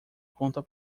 conta